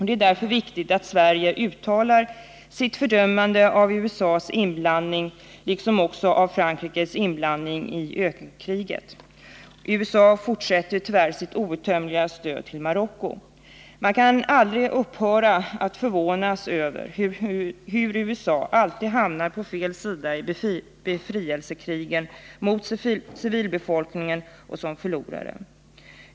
Det är därför viktigt att Sverige uttalar sitt fördömande av USA:s inblandning liksom av Frankrikes inblandning i ökenkriget. USA fortsätter sitt outtömliga stöd till Marocko. Man upphör inte att förvånas över hur USA alltid hamnar på fel sida i befrielsekrigen: mot civilbefolkningen och som förlorare.